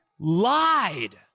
lied